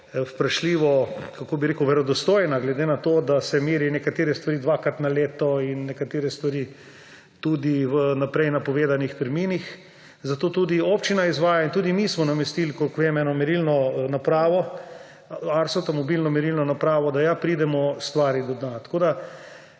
vprašljivo verodostojna glede na to, da se meri nekatere stvari dvakrat na leto in nekatere stvari tudi v vnaprej napovedanih terminih. Zato tudi občina izvaja in tudi mi smo namestili, kolikor vem, eno merilno napravo, Arso mobilno merilno napravo, da ja pridemo stvari do dna. Tako še